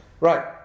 Right